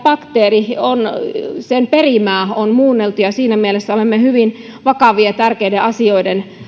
bakteerin perimää on muunneltu ja siinä mielessä olemme hyvin vakavien ja tärkeiden asioiden